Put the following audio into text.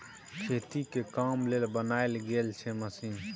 खेती के काम लेल बनाएल गेल छै मशीन